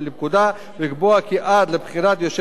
כי עד לבחירת יושב-ראש לוועדה החקלאית,